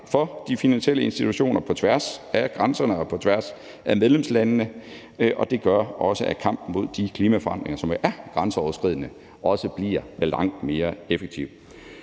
for de finansielle institutioner på tværs af grænserne og på tværs af medlemslandene, og det gør også, at kampen mod de klimaforandringer, som er grænseoverskridende, også bliver langt mere effektiv.